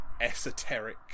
esoteric